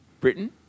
Britain